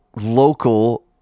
local